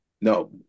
No